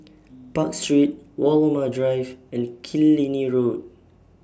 Park Street Walmer Drive and Killiney Road